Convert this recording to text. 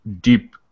deep